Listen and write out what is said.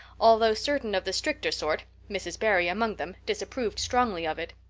although certain of the stricter sort, mrs. barry among them, disapproved strongly of it.